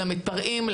המתפרעים,